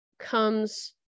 comes